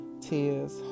Tears